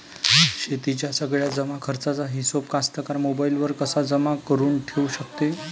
शेतीच्या सगळ्या जमाखर्चाचा हिशोब कास्तकार मोबाईलवर कसा जमा करुन ठेऊ शकते?